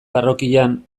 parrokian